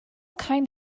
kind